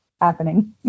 happening